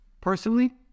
personally